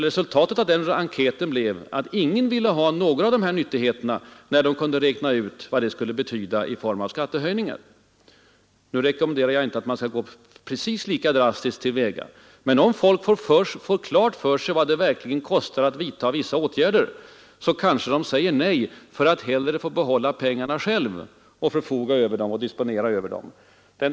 Resultatet av den enkäten blev att ingen ville ha några av nyttigheterna när de kunde räkna ut vad de skulle betyda i form av skattehöjningar. Nu rekommenderar jag inte att man skall gå lika drastiskt till väga här. Men om människor får klart för sig vad det verkligen kostar att vidta vissa åtgärder kanske de säger nej för att hellre få behålla pengarna själva och disponera över dem.